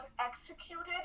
executed